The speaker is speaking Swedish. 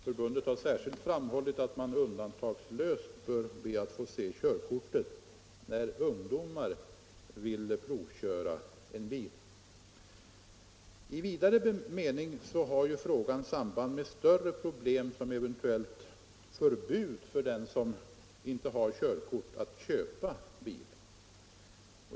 Förbundet har särskilt framhållit att man undantagslöst bör be att få se körkortet när ungdomar vill provköra en bil. I vidare mening har frågan samband med större problem, såsom eventuellt förbud för den som inte har körkort att köpa bil.